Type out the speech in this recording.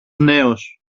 νέος